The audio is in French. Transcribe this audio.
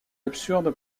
absurde